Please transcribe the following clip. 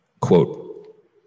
Quote